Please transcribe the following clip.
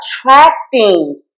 attracting